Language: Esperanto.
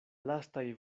lastaj